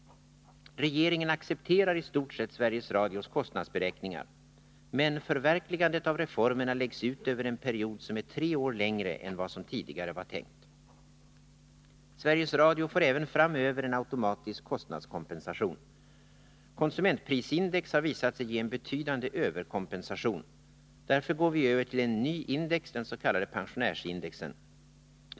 Regeringen accepterar i stort sett Sveriges Radios kostnadsberäkningar. Men förverkligandet av reformerna läggs ut över en period som är tre år längre än vad som tidigare var tänkt. Sveriges Radio får även framöver en automatisk kostnadskompensation. Konsumentprisindex har visat sig ge en betydande överkompensation. Därför går vi över till en ny index, dens.k. pensionärsindexen.